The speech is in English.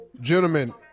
gentlemen